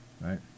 right